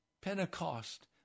Pentecost